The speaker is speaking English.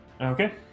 Okay